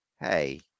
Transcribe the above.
hey